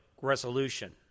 resolution